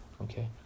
Okay